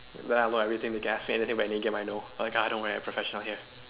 then I know everything the see if any game I know ah like ah don't worry I'm a professional here